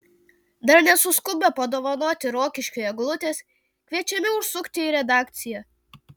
dar nesuskubę padovanoti rokiškiui eglutės kviečiami užsukti į redakciją